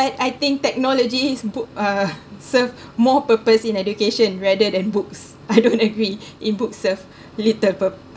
but I think technology is book uh serve more purpose in education rather than books I don't agree in books serve little